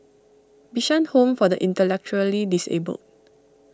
Bishan Home for the Intellectually Disabled